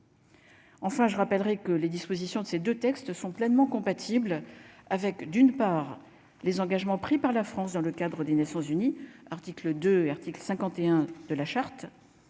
Enfin je rappellerai que les dispositions de ces 2 textes sont pleinement compatibles avec d'une part, les engagements pris par la France dans le cadre des Nations-Unies, article 2, article 51 de la charte